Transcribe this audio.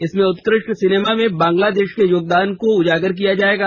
इसमें उत्कृष्ट सिनेमा में बांग्लादेश के योगदान को उजागर किया जायेगा